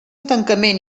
tancament